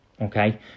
okay